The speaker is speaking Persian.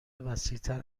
وسیعتر